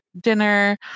dinner